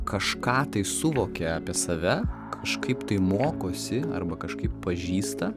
kažką tai suvokė apie save kažkaip tai mokosi arba kažkaip pažįsta